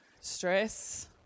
stress